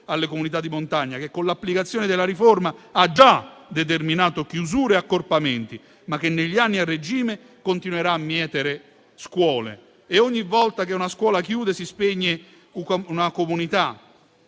alle comunità di montagna che, con l'applicazione della riforma, ha già determinato chiusure e accorpamenti, ma che negli anni, a regime, continuerà a mietere scuole. Ed ogni volta che una scuola chiude si spegne una comunità,